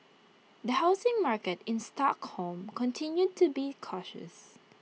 the housing market in Stockholm continued to be cautious